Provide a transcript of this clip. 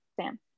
Sam